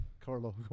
Carlo